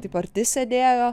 taip arti sėdėjo